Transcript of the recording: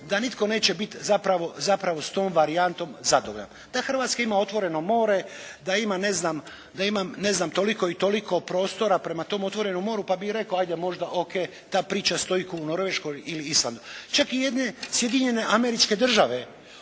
da nitko neće biti zapravo s tom varijantom zadovoljan. Da Hrvatska ima otvoreno more, da ima ne znam toliko i toliko prostora prema tom otvorenom moru, pa bih i rekao ajde možda ok, ta priča stoji kao u Norveškoj ili Islandu. Čak i jedne Sjedinjene Američke Države